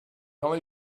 only